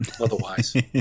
otherwise